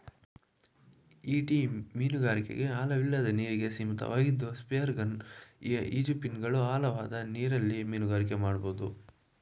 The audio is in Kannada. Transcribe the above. ಈಟಿ ಮೀನುಗಾರಿಕೆ ಆಳವಿಲ್ಲದ ನೀರಿಗೆ ಸೀಮಿತವಾಗಿದ್ದು ಸ್ಪಿಯರ್ಗನ್ ಈಜುಫಿನ್ಗಳು ಆಳವಾದ ನೀರಲ್ಲಿ ಮೀನುಗಾರಿಕೆ ಮಾಡ್ಬೋದು